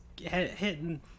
hitting